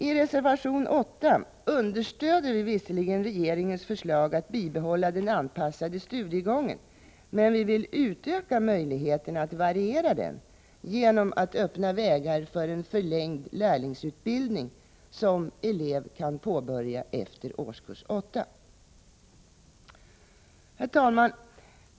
I reservation 8 understöder vi visserligen regeringens förslag att bibehålla den anpassade studiegången, men vi vill utöka möjligheten att variera den genom att öppna vägar för en förlängd lärlingsutbildning som elev kan påbörja efter årskurs 8. Herr talman!